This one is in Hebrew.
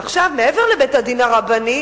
ועכשיו מעבר לבית-הדין הרבני,